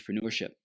entrepreneurship